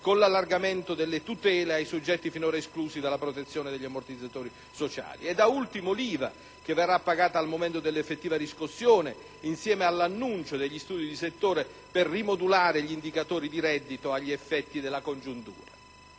con l'allargamento delle tutele ai soggetti finora esclusi dalla protezione degli ammortizzatori sociali. E, da ultimo, ricordo l'IVA, che verrà pagata al momento dell'effettiva riscossione, insieme all'annuncio degli studi di settore per rimodulare gli indicatori di reddito agli effetti della congiuntura.